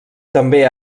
també